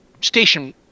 station